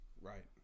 Right